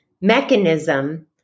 mechanism